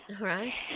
Right